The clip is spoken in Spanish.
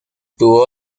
tubo